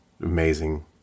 amazing